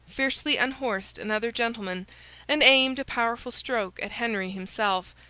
fiercely unhorsed another gentleman, and aimed a powerful stroke at henry himself,